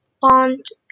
font